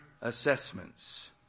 assessments